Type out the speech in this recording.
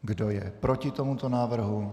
Kdo je proti tomuto návrhu?